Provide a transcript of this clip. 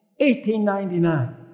1899